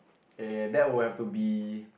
eh that would have to be